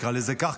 נקרא לזה כך,